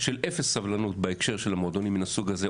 של אפס סבלנות בהקשר של המועדונים מן הסוג הזה,